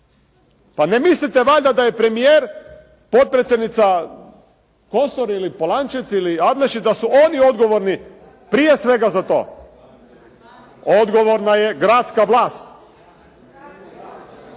Pa ne mislite valjda da je premijer, potpredsjednica Kosor ili Polančec ili Adlešić da su oni odgovorni prije svega za to? Odgovorna je gradska vlast,